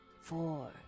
four